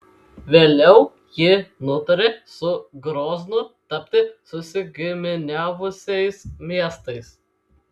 vėliau ji nutarė su groznu tapti susigiminiavusiais miestais